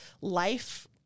life